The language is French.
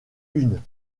une